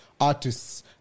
artists